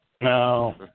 No